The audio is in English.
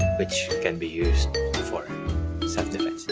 which can be used for self-defence